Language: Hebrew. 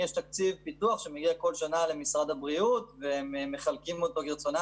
יש תקציב פיתוח שמגיע כל שנה למשרד הבריאות והוא מחלקים אותו כרצונם.